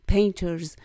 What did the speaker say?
painters